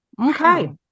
Okay